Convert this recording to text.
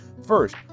First